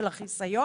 של החיסיון